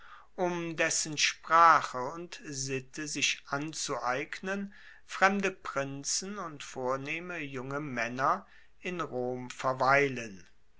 um dessen sprache und sitte sich anzueignen fremde prinzen und vornehme junge maenner in rom verweilen